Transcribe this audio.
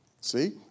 See